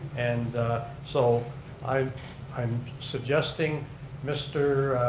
and so i'm i'm suggesting mr.